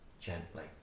gently